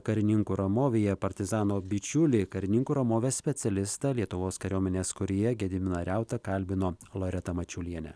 karininkų ramovėje partizano bičiuliai karininkų ramovės specialistą lietuvos kariuomenės kūrėją gediminą reutą kalbino loreta mačiulienė